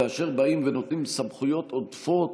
כאשר באים ונותנים סמכויות עודפות,